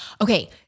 okay